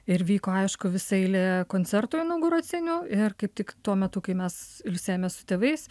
ir vyko aišku visa eilė koncertų inauguracinių ir kaip tik tuo metu kai mes ilsėjomės su tėvais